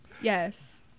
Yes